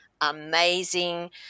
amazing